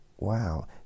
wow